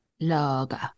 Lager